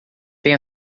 tem